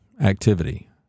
activity